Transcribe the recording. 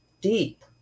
deep